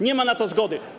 Nie ma na to zgody.